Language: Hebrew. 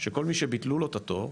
שכל מי שביטלו לו את התור,